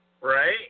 Right